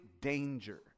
danger